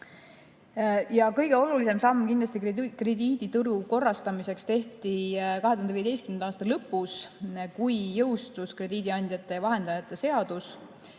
Kõige olulisem samm krediidituru korrastamiseks tehti 2015. aasta lõpus, kui jõustus krediidiandjate ja -vahendajate seadus.